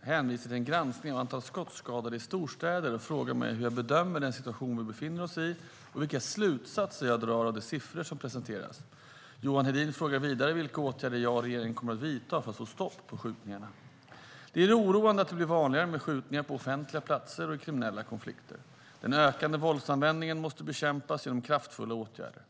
hänvisar till en granskning av antal skottskadade i storstäder och frågar mig hur jag bedömer den situation vi befinner oss i och vilka slutsatser jag drar av de siffror som presenterats. Johan Hedin frågar vidare vilka åtgärder jag och regeringen kommer att vidta för att få stopp på skjutningarna. Det är oroande att det blir vanligare med skjutningar på offentliga platser och i kriminella konflikter. Den ökande våldsanvändningen måste bekämpas genom kraftfulla åtgärder.